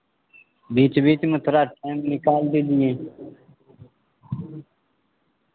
बीच बीच में थोड़ा टाइम निकाल दीजिए